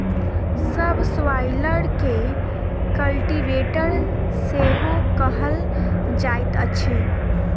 सब स्वाइलर के कल्टीवेटर सेहो कहल जाइत अछि